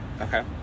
okay